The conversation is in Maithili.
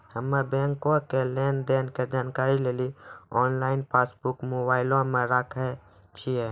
हम्मे बैंको के लेन देन के जानकारी लेली आनलाइन पासबुक मोबाइले मे राखने छिए